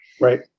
Right